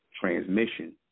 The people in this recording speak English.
transmission